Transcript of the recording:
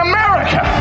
America